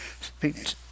speak